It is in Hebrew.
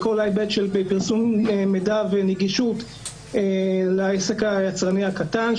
בכל ההיבט של פרסום מידע ונגישות לעסק היצרני הקטן,